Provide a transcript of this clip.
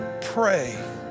pray